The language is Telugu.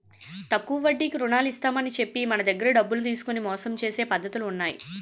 తక్కువ వడ్డీకి రుణాలు ఇస్తామని చెప్పి మన దగ్గర డబ్బులు తీసుకొని మోసం చేసే పద్ధతులు ఉన్నాయి